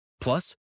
Plus